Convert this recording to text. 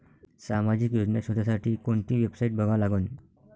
सामाजिक योजना शोधासाठी कोंती वेबसाईट बघा लागन?